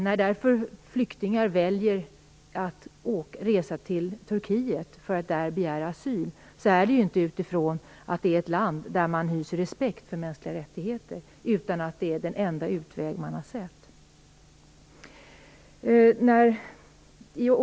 När därför flyktingar väljer att resa till Turkiet för att där begära asyl är det ju inte utifrån att det är ett land där man hyser respekt för mänskliga rättigheter, utan att det är den enda utväg de har sett.